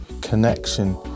connection